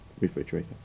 Refrigerator